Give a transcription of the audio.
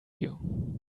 you